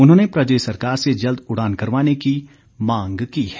उन्होंने प्रदेश सरकार से जल्द उड़ान करवाने की मांग की है